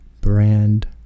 brand